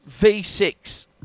v6